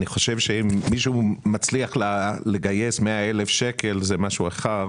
אני חושב שאם מישהו מצליח לגייס 100 אלף ש"ח זה משהו אחר,